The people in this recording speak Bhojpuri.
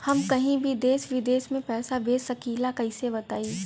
हम कहीं भी देश विदेश में पैसा भेज सकीला कईसे बताई?